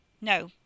No